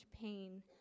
pain